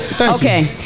okay